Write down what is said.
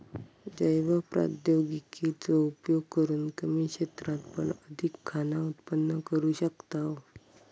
जैव प्रौद्योगिकी चो उपयोग करून कमी क्षेत्रात पण अधिक खाना उत्पन्न करू शकताव